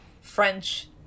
French